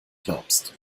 glaubst